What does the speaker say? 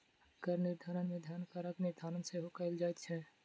कर निर्धारण मे धन करक निर्धारण सेहो कयल जाइत छै